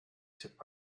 took